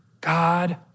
God